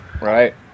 Right